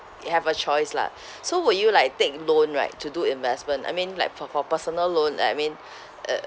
you have a choice lah so will you like take loan right to do investment I mean like for for personal loan like I mean mm uh